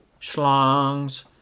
schlongs